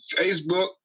Facebook